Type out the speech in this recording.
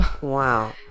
wow